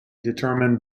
determined